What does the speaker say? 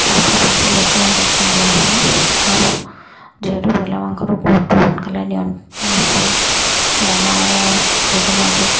তাৰপৰা পঞ্চল্লিছ দিনত ভেকচিন দিয়া হয় আৰু যিহেতু দানাও সেইকাৰণে অধিক